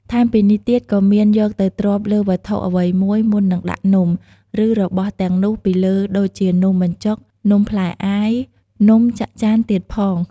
ថែមពីនេះទៀតក៏មានយកទៅទ្រាប់លើវត្ថុអ្វីមួយមុននឹងដាក់នំ ឬរបស់ទាំងនោះពីលើដូចជានំបញ្ចូក នំផ្លែអាយ នំចាក់ចាន់ទៀតផង។